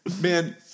Man